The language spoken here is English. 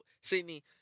sydney